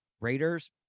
Raiders